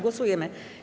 Głosujemy.